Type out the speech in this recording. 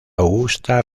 augusta